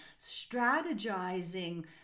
strategizing